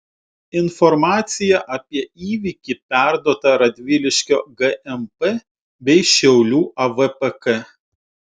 informacija apie įvykį perduota radviliškio gmp bei šiaulių avpk